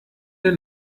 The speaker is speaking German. der